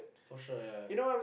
for sure yeah yeah yeah